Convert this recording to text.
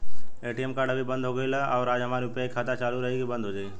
ATM card अभी बंद हो गईल आज और हमार यू.पी.आई खाता चालू रही की बन्द हो जाई?